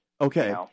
Okay